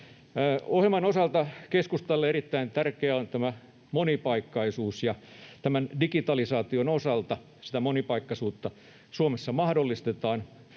Ohjelman osalta keskustalle erittäin tärkeää on tämä monipaikkaisuus, ja tämän digitalisaation osalta sitä monipaikkaisuutta Suomessa mahdollistetaan,